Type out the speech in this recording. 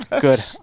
Good